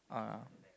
(uh huh)